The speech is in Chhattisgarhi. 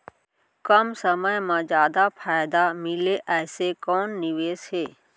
कम समय मा जादा फायदा मिलए ऐसे कोन निवेश हे?